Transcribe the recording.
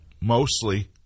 mostly